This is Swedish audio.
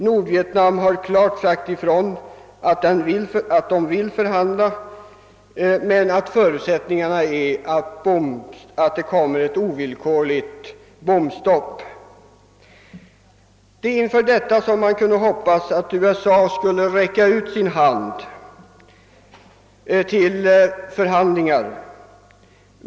Nordvietnam har klart sagt ifrån att man vill förhandla. Förutsättningarna härför är att det blir ett ovillkorligt bombstopp. Inför detta meddelande kunde man hoppas att USA skulle räcka ut sin hand till förhandlingar.